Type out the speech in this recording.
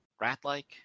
Rat-like